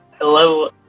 Hello